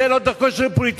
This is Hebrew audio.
זה לא דרכו של פוליטיקאי,